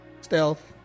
stealth